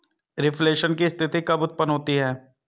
Reflation की स्थिति कब उत्पन्न होती है?